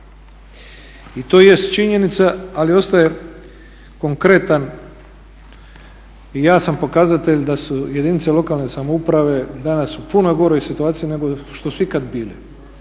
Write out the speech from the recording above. I to jest činjenica ali ostaje konkretan i jasan pokazatelj da su jedinice lokalne samouprave danas u puno goroj situaciji nego što su ikad bile.